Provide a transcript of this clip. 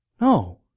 No